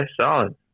Solid